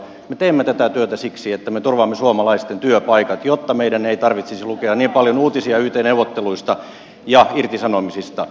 me teemme tätä työtä siksi että me turvaamme suomalaisten työpaikat jotta meidän ei tarvitsisi lukea niin paljon uutisia yt neuvotteluista ja irtisanomisista